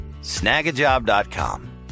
Snagajob.com